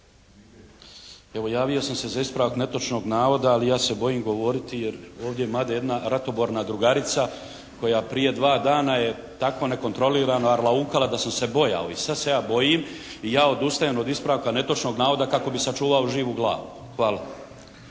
evo javio sam se za ispravak netočnog navoda ali ja se bojim govoriti jer ovdje ima jedna ratoborna drugarica koja prije dva dana je tako nekontrolirano arlaukala da sam se bojao. I sad se ja bojim i ja odustajem od ispravka netočnog navoda kako bi sačuvao živu glavu. Hvala.